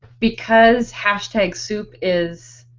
because hashtag soup is